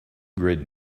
grid